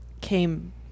came